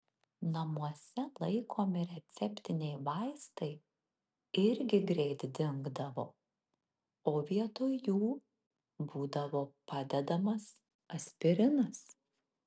namuose laikomi receptiniai vaistai irgi greit dingdavo o vietoj jų būdavo padedamas aspirinas